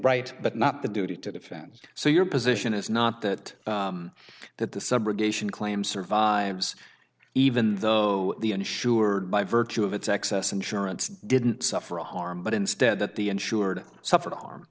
right but not the duty to defend so your position is not that that the subrogation claim survives even though the insured by virtue of its excess insurance didn't suffer a harm but instead that the insured suffered harm